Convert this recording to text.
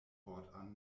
fortan